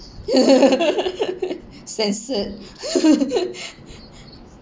censored